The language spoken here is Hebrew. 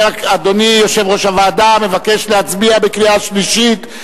אדוני יושב-ראש הוועדה מבקש להצביע בקריאה שלישית?